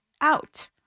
out